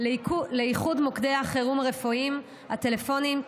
לאיחוד מוקדי החירום הרפואיים הטלפוניים,